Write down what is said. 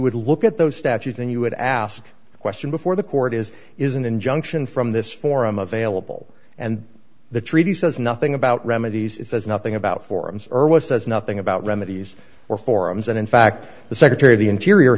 would look at those statutes and you would ask the question before the court is is an injunction from this forum available and the treaty says nothing about remedies it says nothing about forums says nothing about remedies or forums and in fact the secretary of the interior